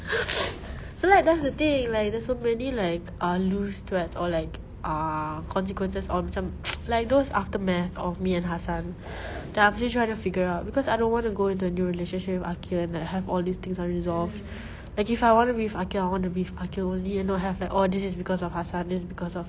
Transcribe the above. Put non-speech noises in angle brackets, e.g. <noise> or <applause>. <noise> so like that's the thing there's so many like ah loose threads or like uh consequences on some <noise> like those aftermath of me and hassan that I'm still trying to figure out because I don't want to go into a new relationship with aqil and have like all these things unresolved like if I want to be with aqil I want to be with aqil only and not have like oh this is because of hassan that's because of